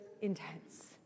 intense